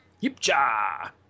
Yip-cha